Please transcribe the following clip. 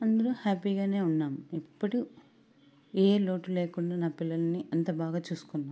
అందరు హ్యాపీగానే ఉన్నాం ఇప్పడు ఏ లోటు లేకుండా నా పిల్లలని అంత బాగా చూసుకున్నాం